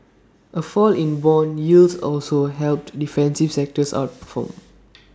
A fall in Bond yields also helped defensive sectors outperform